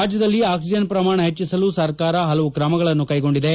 ರಾಜ್ಯದಲ್ಲಿ ಆಕ್ಸಿಜನ್ ಪ್ರಮಾಣ ಹೆಚ್ಚಿಸಲು ಸರ್ಕಾರ ಹಲವು ಕ್ರಮಗಳನ್ನು ಕೈಗೊಂಡಿದೆ